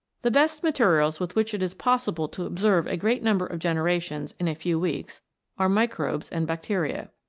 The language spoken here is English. the best materials with which it is possible to observe a great number of generations in a few weeks are microbes and bacteria.